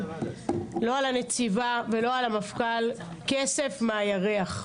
הנציב, לא על הנציבה ולא על המפכ"ל כסף מהירח.